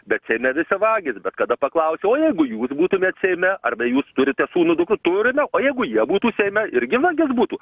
bet seime visi vagys bet kada paklausi o jeigu jūs būtumėt seime arba jūs turit sūnų dukrų turime o jeigu jie būtų seime irgi vagis būtų